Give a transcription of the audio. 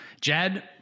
Jed